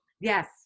Yes